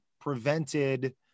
prevented